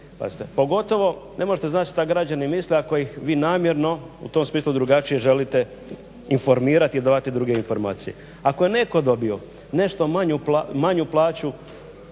pogotovo ne možete znati što građani misle ako ih vi namjerno u tom smislu drugačije želite informirati i davati druge informacije. Ako je netko dobio nešto veću plaću